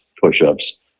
push-ups